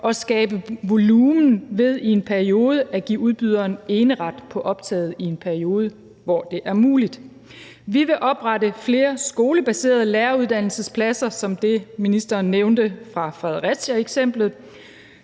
og skabe volumen ved i en periode at give udbyderen eneret på optaget i en periode, hvor det er muligt. Vi vil oprette flere skolebaserede læreruddannelsespladser som det, ministeren nævnte fra Fredericiaeksemplet,